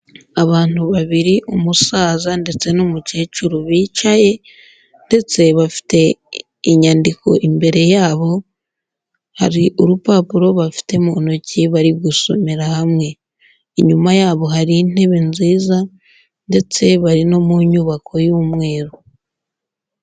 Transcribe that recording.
Abantu babiri umusaza ndetse n'umukecuru bicaye ndetse bafite inyandiko imbere yabo hari urupapuro bafite mu ntoki bari gusomera hamwe, inyuma yabo hari intebe nziza ndetse bari no mu nyubako y'umweru.